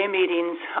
meetings